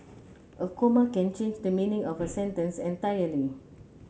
a comma can change the meaning of a sentence entirely